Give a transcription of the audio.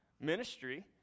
ministry